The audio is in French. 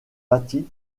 bâtis